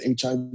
HIV